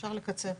אפשר לקצר.